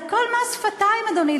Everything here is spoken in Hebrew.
הכול מס שפתיים, אדוני.